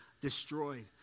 destroyed